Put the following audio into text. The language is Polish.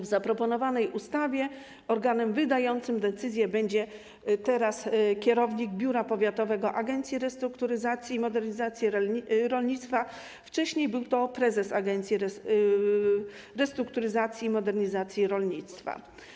W zaproponowanej ustawie organem wydającym decyzję będzie kierownik biura powiatowego Agencji Restrukturyzacji i Modernizacji Rolnictwa, wcześniej był to prezes Agencji Restrukturyzacji i Modernizacji Rolnictwa.